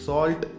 Salt